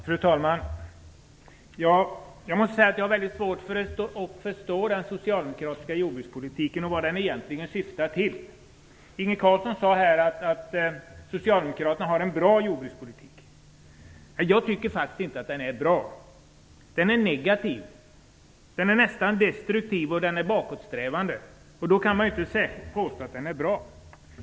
Fru talman! Jag måste säga att jag har svårt att förstå vad den socialdemokratiska jordbrukspolitiken egentligen syftar till. Inge Carlsson sade att socialdemokraterna har en bra jordbrukspolitik. Jag tycker faktiskt inte att den är bra. Den är negativ. Den är nästan destruktiv, och den är bakåtsträvande. Då kan man inte påstå att den är bra.